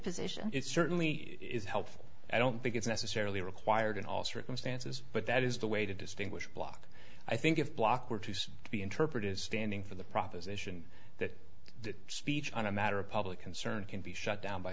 position it certainly is helpful i don't think it's necessarily required in all circumstances but that is the way to distinguish block i think if block were to say to be interpreted as standing for the proposition that speech on a matter of public concern can be shut down by